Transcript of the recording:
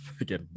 again